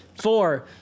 Four